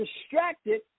distracted